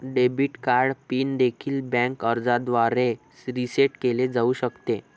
debit card PIN देखील bank अर्जाद्वारे reset केले जाऊ शकते